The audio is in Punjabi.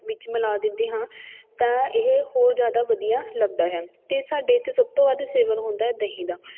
ਵਿੱਚ ਮਿਲਾ ਦਿੰਦੇ ਹਾਂ ਤਾਂ ਇਹ ਹੋਰ ਜ਼ਿਆਦਾ ਵਧੀਆ ਲੱਗਦਾ ਹੈ ਅਤੇ ਸਾਡੇ ਇੱਥੇ ਸਭ ਤੋਂ ਵੱਧ ਸੇਵਨ ਹੁੰਦਾ ਦਹੀਂ ਦਾ